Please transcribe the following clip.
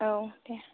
औ दे